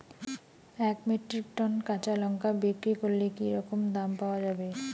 এক metric tonne কাঁচা লঙ্কা বিক্রি করলে কি রকম দাম পাওয়া যাবে?